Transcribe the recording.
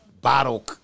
Bottle